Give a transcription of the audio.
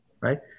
Right